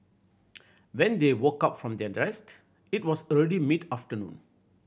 when they woke up from their rest it was already mid afternoon